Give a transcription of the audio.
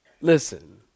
listen